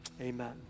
Amen